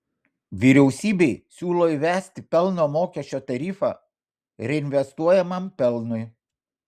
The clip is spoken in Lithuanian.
vyriausybei siūlo įvesti pelno mokesčio tarifą reinvestuojamam pelnui